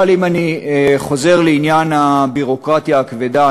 אבל אם אני חוזר לעניין הביורוקרטיה הכבדה,